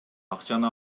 акчаны